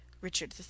Richard